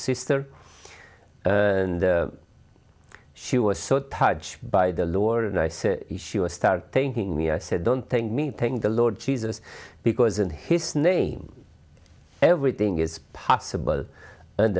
sister and she was so touched by the lord and i said she would start thanking the said don't thank me thank the lord jesus because in his name everything is possible and